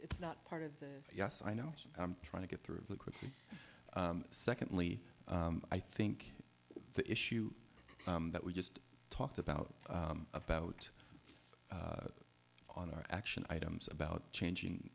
it's not part of the yes i know i'm trying to get through that quickly secondly i think the issue that we just talked about about on our action items about changing